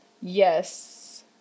yes